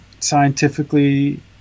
scientifically